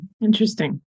Interesting